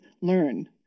learn